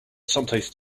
someplace